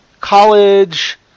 college